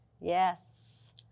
Yes